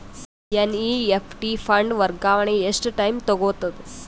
NEFT fund ವರ್ಗಾವಣೆ ಎಷ್ಟ time ತೋಗೊತದ?